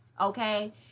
okay